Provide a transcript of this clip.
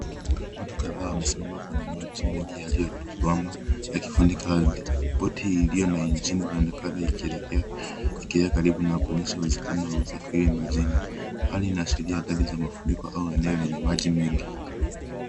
Watu kadhaa wamesimama kwenye maji mengi yaliyotuama yakifunika ardhi. Boti iliyo na injini inaonekana ikielekea karibu nao, kuonyesha uwezekano wa usafiri wa majini. Hali inaashiria gari za mafuriko au eneo lenye maji mengi.